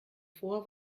vor